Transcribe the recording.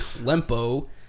Lempo